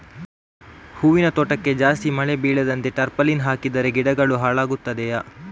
ಹೂವಿನ ತೋಟಕ್ಕೆ ಜಾಸ್ತಿ ಮಳೆ ಬೀಳದಂತೆ ಟಾರ್ಪಾಲಿನ್ ಹಾಕಿದರೆ ಗಿಡಗಳು ಹಾಳಾಗುತ್ತದೆಯಾ?